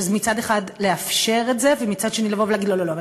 אז מצד אחד לאפשר את זה ומצד שני לבוא ולהגיד: לא לא לא,